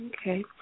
okay